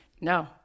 No